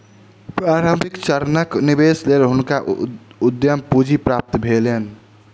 प्रारंभिक चरणक निवेशक लेल हुनका उद्यम पूंजी प्राप्त भेलैन